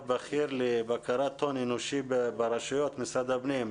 בכיר לבקרת הון אנושי ברשויות משרד הפנים.